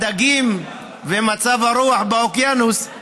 הדגים ומצב הרוח באוקיינוס.